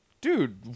Dude